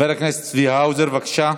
הכנסת צבי האוזר, בבקשה.